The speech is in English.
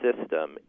system